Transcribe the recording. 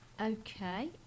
Okay